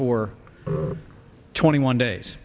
for twenty one days